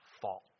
fault